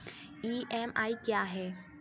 EMI क्या है?